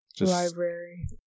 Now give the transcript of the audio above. Library